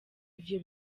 ivyo